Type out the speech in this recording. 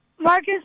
Marcus